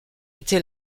était